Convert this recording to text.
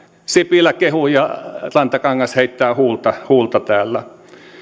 sipilä kehui ja rantakangas heittää huulta huulta täällä